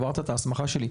עברת את ההסכמה שלי,